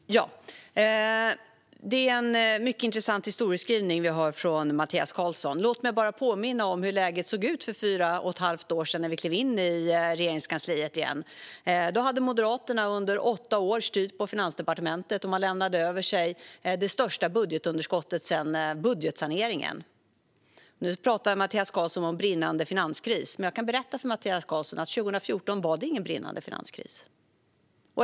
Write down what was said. Fru talman! Det är en mycket intressant historieskrivning vi hör från Mattias Karlsson. Låt mig bara påminna om hur läget såg ut för fyra och ett halvt år sedan, när vi klev in i Regeringskansliet igen. Då hade Moderaterna under åtta år styrt på Finansdepartementet, och man lämnade efter sig det största budgetunderskottet sedan budgetsaneringen. Nu talar Mattias Karlsson om "brinnande finanskris", men jag kan berätta för Mattias Karlsson att 2014 var det ingen brinnande finanskris.